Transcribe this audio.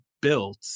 built